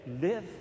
live